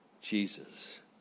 Jesus